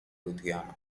lithuania